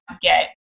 get